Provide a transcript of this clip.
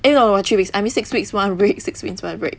eh no no not three weeks I mean six weeks one break six weeks one break